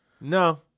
No